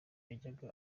yajyaga